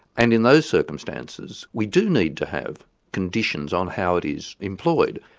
and in those circumstances, we do need to have conditions on how it is employed.